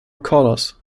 collars